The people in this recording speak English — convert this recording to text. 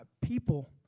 people